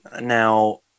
Now